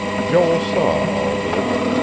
joel saw all this.